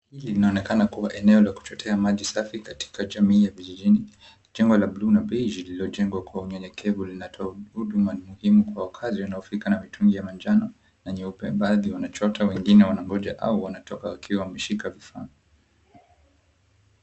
Hili linaonekana kuwa eneo la kuchotea maji safi katika jamii ya vijijini. Jengo la buluu na beige lililojengwa kwa unyenyekevu linatoa huduma muhimu kwa wakazi wanaofika na mitungi ya manjano na nyeupe. Baadhi wanachota, wengine wanangoja au wanatoka wakiwa wameshika vifaa.